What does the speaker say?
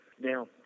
Now